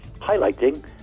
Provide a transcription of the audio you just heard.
highlighting